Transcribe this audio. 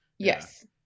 Yes